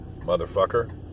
motherfucker